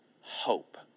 hope